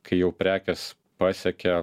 kai jau prekės pasiekė